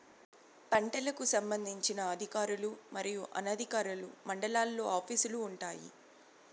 పంటలకు సంబంధించిన అధికారులు మరియు అనధికారులు మండలాల్లో ఆఫీస్ లు వుంటాయి?